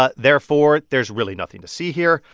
but therefore, there's really nothing to see here.